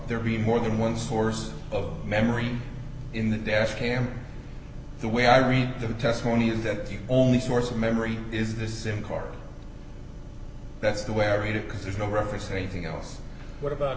there being more than one source of memory in the dash cam the way i read the testimony is that the only source of memory is the sim card that's the way i read it because there's no reference to anything else what about